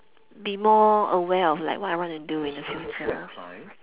be more aware of like what I want to do in the future